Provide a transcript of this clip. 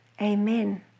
amen